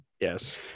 Yes